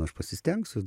aš pasistengsiu